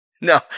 No